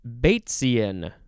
Batesian